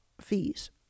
fees